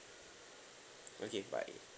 okay bye